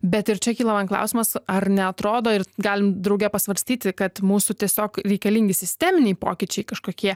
bet ir čia kyla man klausimas ar neatrodo ir galim drauge pasvarstyti kad mūsų tiesiog reikalingi sisteminiai pokyčiai kažkokie